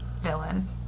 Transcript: villain